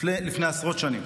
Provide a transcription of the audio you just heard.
לפני עשרות שנים.